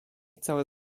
całe